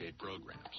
programs